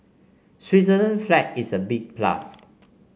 Switzerland flag is a big plus